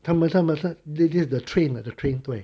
他们上面是 the the the train ah the train 对